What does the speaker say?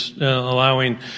allowing